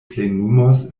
plenumos